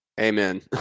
Amen